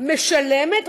משלמת,